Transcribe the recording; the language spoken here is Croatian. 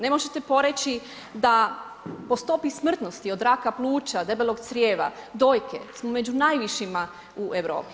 Ne možete poreći, da po stopi smrtnosti od raka pluća debelog crijeva, dojke, smo među najvišima u Europi.